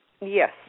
Yes